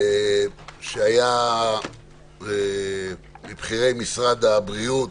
שהיה מבכירי משרד הבריאות.